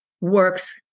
works